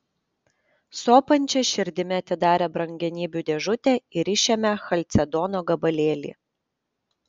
sopančia širdimi atidarė brangenybių dėžutę ir išėmė chalcedono gabalėlį